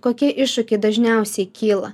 kokie iššūkiai dažniausiai kyla